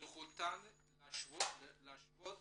זכותן לשבות.